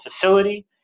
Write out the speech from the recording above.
facility